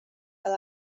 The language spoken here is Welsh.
fel